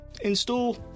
Install